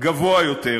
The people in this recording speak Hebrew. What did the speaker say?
גבוה יותר.